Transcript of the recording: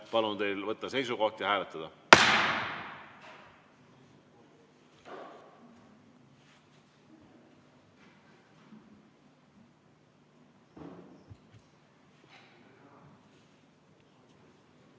Palun teil võtta seisukoht ja hääletada!